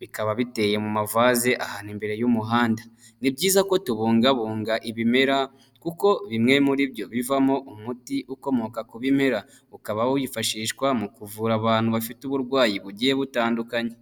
bikaba biteye mu mavaze ahantu imbere y'umuhanda, ni byiza ko tubungabunga ibimera, kuko bimwe muri byo bivamo umuti ukomoka ku bimera, ukaba wifashishwa mu kuvura abantu bafite uburwayi bugiye butandukanye.